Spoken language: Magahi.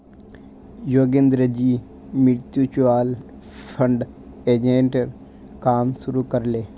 योगेंद्रजी म्यूचुअल फंड एजेंटेर काम शुरू कर ले